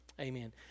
Amen